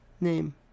Name